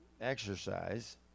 exercise